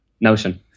Notion